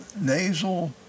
nasal